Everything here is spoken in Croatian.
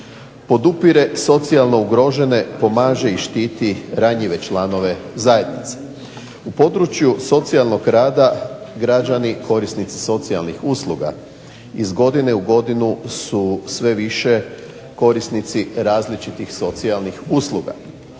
Podupire socijalno ugrožene, pomaže i štiti ranjive članove zajednice. U području socijalnog rada građani korisnici socijalnih usluga iz godine u godinu su sve više korisnici različitih socijalnih usluga.